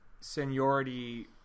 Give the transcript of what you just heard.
seniority